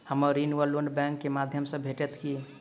हमरा ऋण वा लोन बैंक केँ माध्यम सँ भेटत की?